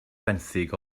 fenthyg